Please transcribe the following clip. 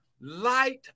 light